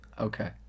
okay